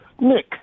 Nick